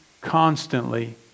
constantly